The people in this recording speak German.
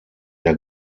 der